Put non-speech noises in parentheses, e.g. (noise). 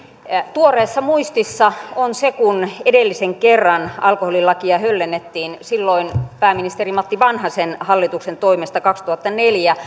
tuoreessa muistissa on se kun edellisen kerran alkoholilakia höllennettiin pääministeri matti vanhasen hallituksen toimesta kaksituhattaneljä (unintelligible)